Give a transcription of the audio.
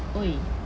!oi!